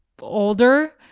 older